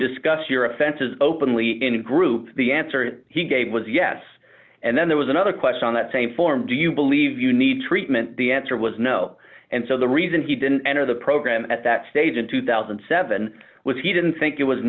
discuss your offenses openly in a group the answer he gave was yes and then there was another question on that same form do you believe you need treatment the answer was no and so the reason he didn't enter the program at that stage in two thousand and seven was he didn't think it was